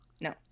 No